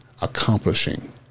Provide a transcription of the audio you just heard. accomplishing